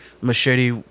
machete